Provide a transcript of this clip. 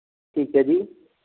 ਠੀਕ ਹੈ ਜੀ